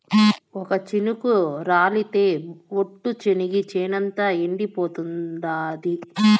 ఒక్క చినుకు రాలితె ఒట్టు, చెనిగ చేనంతా ఎండిపోతాండాది